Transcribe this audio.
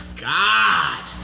God